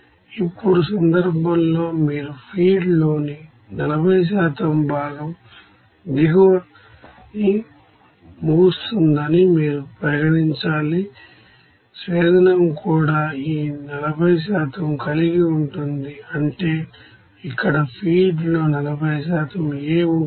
ఇప్పుడు ఈ సందర్భంలో మీరు ఫీడ్లోని 40 భాగం దిగువన ముగుస్తుందని మీరు పరిగణించాలి డిస్టిల్ల్య్ట్కూడా ఈ 40 కలిగి ఉంటుంది అంటే ఇక్కడ ఫీడ్లో 40 A ఉంటుంది